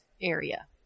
area